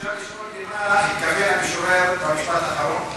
אפשר לשאול למה התכוון המשורר במשפט האחרון?